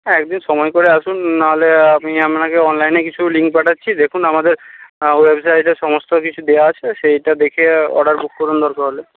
হ্যাঁ একদিন সময় করে আসুন না হলে আমি আপনাকে অনলাইনে কিছু লিঙ্ক পাঠাচ্ছি দেখুন আমাদের ওয়েবসাইটে সমস্ত কিছু দেওয়া আছে সেইটা দেখে অর্ডার বুক করুন দরকার হলে